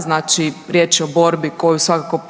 Znači, riječ je o borbi koju svakako